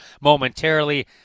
momentarily